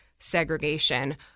segregation